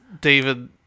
David